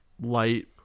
light